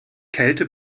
kälte